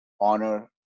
honor